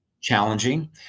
challenging